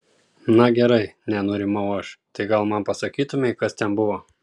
na gerai nenurimau aš tai gal man pasakytumei kas ten buvo